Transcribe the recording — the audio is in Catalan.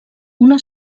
una